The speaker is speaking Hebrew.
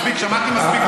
מספיק, שמעתי מספיק.